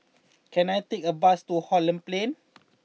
can I take a bus to Holland Plain